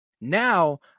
Now